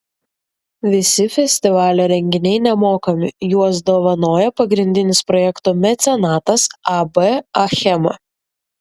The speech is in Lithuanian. visi festivalio renginiai nemokami juos dovanoja pagrindinis projekto mecenatas ab achema